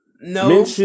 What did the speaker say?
No